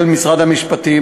של משרד המשפטים,